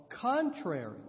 contrary